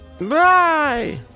Bye